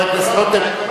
חבר הכנסת רותם,